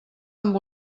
amb